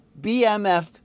BMF